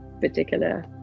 particular